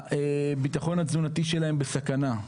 הביטחון התזונתי שלהם בסכנה.